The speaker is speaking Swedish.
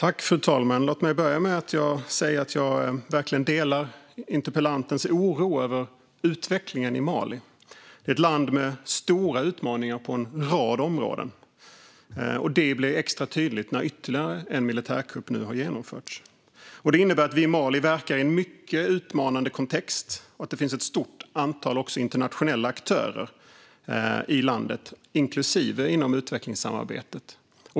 Fru talman! Låt mig börja med att säga att jag verkligen delar interpellantens oro över utvecklingen i Mali, ett land med stora utmaningar på en rad områden. Det blir extra tydligt när ytterligare en militärkupp nu har genomförts. Det här innebär att vi i Mali verkar i en mycket utmanande kontext och att det finns ett stort antal internationella aktörer i landet, inklusive inom utvecklingssamarbetet.